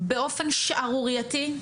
באופן שערורייתי,